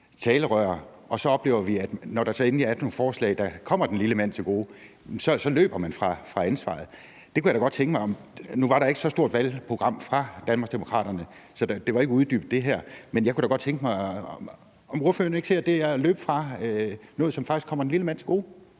talerør, og så oplever vi, at når der så endelig er nogle forslag, der kommer den lille mand til gode, løber man fra ansvaret. Det kunne jeg da godt tænke mig at høre mere om. Nu var der ikke så stort et valgprogram fra Danmarksdemokraterne, så det her var ikke uddybet, men jeg kunne da godt tænke mig at høre, om ordføreren ikke synes, det er at løbe fra noget, som faktisk kommer den lille mand til gode.